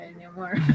anymore